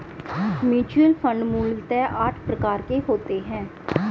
mutual fund मूलतः आठ प्रकार के होते हैं